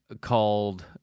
called